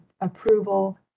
approval